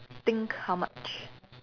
think how much